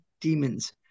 demons